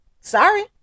Sorry